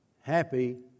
happy